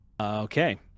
Okay